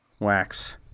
wax